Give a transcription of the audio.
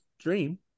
dream